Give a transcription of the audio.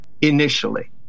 initially